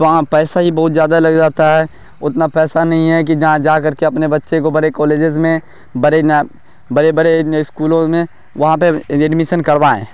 تو ہاں پیسہ ہی بہت زیادہ لگ جاتا ہے اتنا پیسہ نہیں ہے کہ جہاں جا کر کے اپنے بچے کو بڑے کالجز میں بڑے بڑے بڑے اسکولوں میں وہاں پہ ایڈمیسن کروائیں